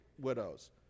widows